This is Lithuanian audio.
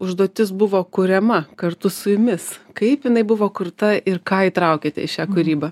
užduotis buvo kuriama kartu su jumis kaip jinai buvo kurta ir ką įtraukėte į šią kūrybą